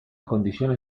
condiciones